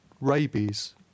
rabies